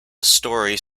story